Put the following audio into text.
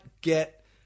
get